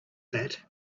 that